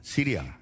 Syria